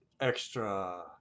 Extra